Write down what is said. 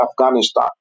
Afghanistan